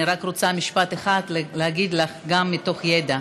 אני רוצה להגיד לך משפט אחד, גם מתוך ידע.